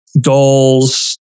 Goals